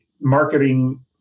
marketing